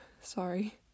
Sorry